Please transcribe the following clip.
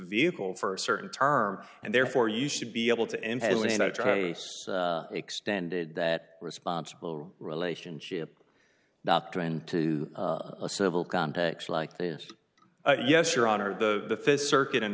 vehicle for a certain term and therefore you should be able to enter extended that responsible relationship not go into a civil context like this yes your honor the circuit in